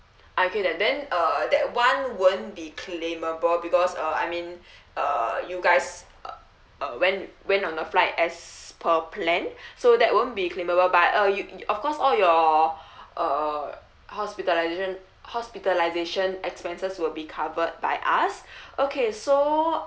ah okay then then uh that one won't be claimable because uh I mean uh you guys uh uh went went on a flight as per plan so that won't be claimable but uh you of course all your uh hospitalisation hospitalisation expenses will be covered by us okay so